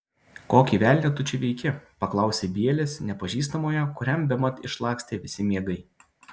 kokį velnią tu čia veiki paklausė bielis nepažįstamojo kuriam bemat išlakstė visi miegai